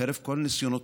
חרף כל ניסיונותינו,